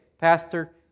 pastor